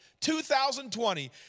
2020